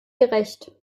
gerecht